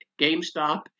GameStop